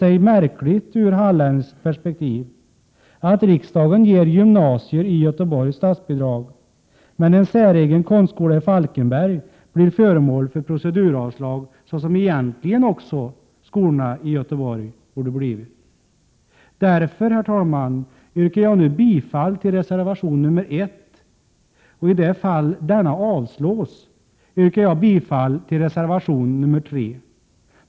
Det måste ju ur halländskt perspektiv te sig märkligt att riksdagen ger gymnasier i Göteborg statsbidrag men att en säregen konstskola i Falkenberg blir föremål för proceduravslag — något som skolorna i Göteborg egentligen också borde ha blivit. Därför, herr talman, yrkar jag nu bifall till reservation 1. I det fall denna avslås yrkar jag bifall till reservation 3.